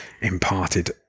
imparted